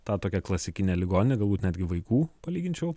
tą tokią klasikinę ligoninę galbūt netgi vaikų palyginčiau